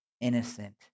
innocent